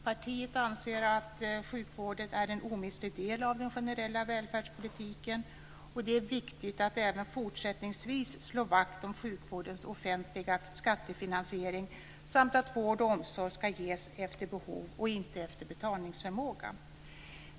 Partiet anser att sjukvården är en omistlig del av den generella välfärdspolitiken, och det är viktigt att även fortsättningsvis slå vakt om sjukvårdens offentliga skattefinansiering samt att vård och omsorg ska ges efter behov och inte efter betalningsförmåga.